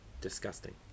Disgusting